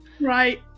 right